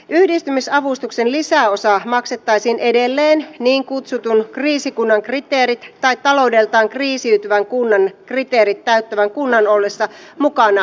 yhdistymisavustuksen lisäosa maksettaisiin edelleen niin kutsutun kriisikunnan kriteerit tai taloudeltaan kriisiytyvän kunnan kriteerit täyttävän kunnan ollessa mukana yhdistymisessä